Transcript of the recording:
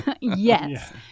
Yes